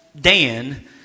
Dan